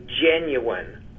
genuine